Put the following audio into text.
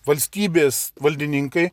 valstybės valdininkai